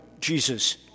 Jesus